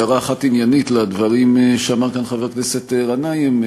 הערה אחת עניינית לדברים שאמר כאן חבר הכנסת גנאים: